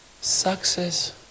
success